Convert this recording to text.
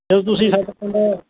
ਜਦੋਂ ਤੁਸੀਂ ਸਾਡੇ ਪਿੰਡ